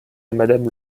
madame